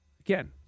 Again